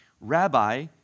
Rabbi